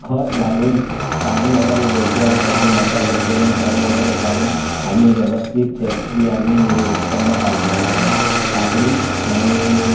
खत घालून पाणी वगैरे वेळच्या वेळ त्याची मशागत करून तण वगैरे काढून आम्ही व्यवस्थित त्याची आम्ही उत्पन्न काढलं होतं काकडी आणि